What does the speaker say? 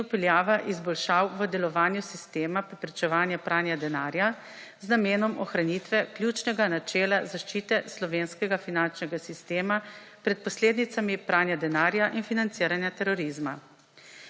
in vpeljava izboljšav v delovanju sistema preprečevanja pranja denarja z namenom ohranitve ključnega načela zaščite slovenskega finančnega sistema pred posledicami pranja denarja in financiranja terorizma.